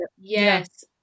Yes